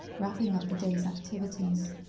wrapping up the day's activities,